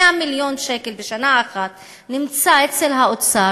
100 מיליון שקל בשנה אחת נמצאים אצל האוצר,